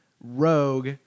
Rogue